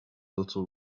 little